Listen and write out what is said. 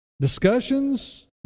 discussions